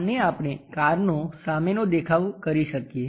આને આપણે કારનો સામેનો દેખાવ કરી શકીએ